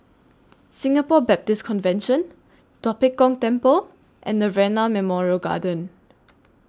Singapore Baptist Convention Tua Pek Kong Temple and Nirvana Memorial Garden